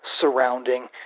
surrounding